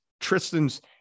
Tristan's